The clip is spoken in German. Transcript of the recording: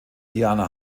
diana